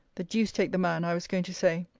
the duce take the man, i was going to say,